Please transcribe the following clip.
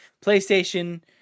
PlayStation